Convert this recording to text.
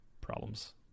problems